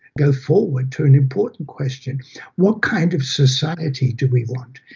go forward to an important question what kind of society do we want?